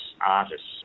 artists